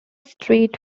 street